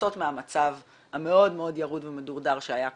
מהמצב המאוד מאוד ירוד ומדורדר שהיה קודם,